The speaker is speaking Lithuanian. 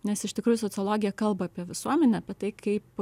nes iš tikrųjų sociologija kalba apie visuomenę apie tai kaip